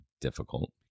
difficult